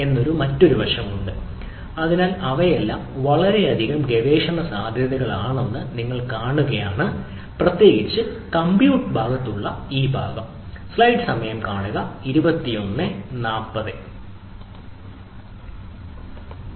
ധാരാളം വശങ്ങളുണ്ട് ഇവയെല്ലാം വളരെയധികം ഗവേഷണ സാധ്യതകളാണെന്ന് നിങ്ങൾ കാണുകയാണെങ്കിൽ പ്രത്യേകിച്ച് കമ്പ്യൂട്ട് ഭാഗത്തുള്ള കാര്യങ്ങളുടെ ഈ ഭാഗം